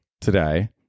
today